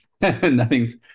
Nothing's